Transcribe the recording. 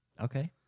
Okay